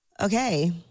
Okay